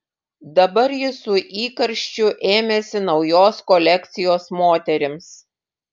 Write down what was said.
dabar jis su įkarščiu ėmėsi naujos kolekcijos moterims